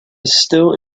still